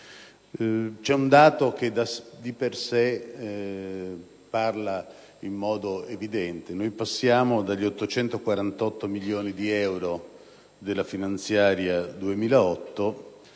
C'è un dato che di per sé è molto evidente: si passa dagli 848 milioni di euro della finanziaria del